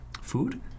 food